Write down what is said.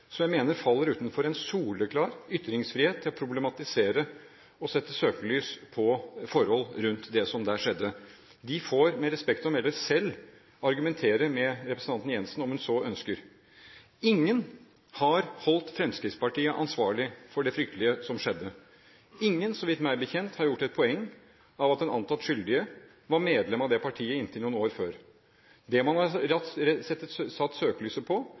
som jeg mener faller utenfor en soleklar ytringsfrihet til å problematisere og sette søkelys på forhold rundt det som skjedde der. De får, med respekt å melde, selv argumentere med representanten Jensen om hun så ønsker. Ingen har holdt Fremskrittspartiet ansvarlig for det fryktelige som skjedde. Ingen, meg bekjent, har gjort et poeng av at den antatt skyldige inntil noen år før var medlem av det partiet. Det man har satt søkelyset på, er hvilket ansvar vi har